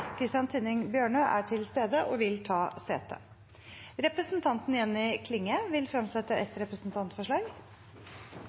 Christian Tynning Bjørnø er til stede og vil ta sete. Representanten Jenny Klinge vil fremsette et